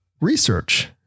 research